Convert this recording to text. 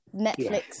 netflix